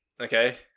okay